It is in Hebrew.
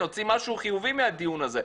נוציא משהו חיובי מהדיון הזה,